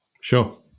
sure